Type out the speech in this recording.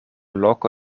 loko